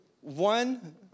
one